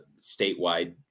statewide